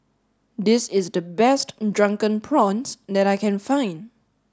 this is the best drunken prawns that I can find